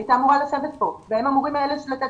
שהייתה אמורה לשבת כאן והיא אמורה לתת